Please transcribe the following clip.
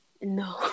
No